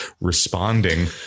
responding